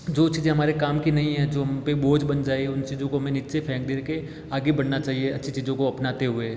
जो चीज़ें हमारे काम की नहीं हैं जो हम पे बोझ बन जाएं उन चीज़ों को हमें नीचे फेंक दे के आगे बढ़ना चाहिए अच्छी चीज़ों को अपनाते हुए